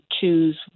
choose